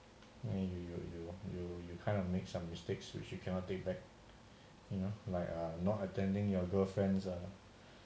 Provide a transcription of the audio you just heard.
you you you you you you kind of make some mistakes which you cannot take back you know like are not attending your girlfriends um